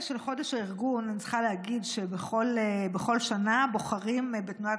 אני צריכה להגיד שבכל שנה בוחרים בתנועת